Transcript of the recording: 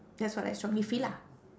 that's what I strongly feel lah